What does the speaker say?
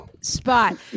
spot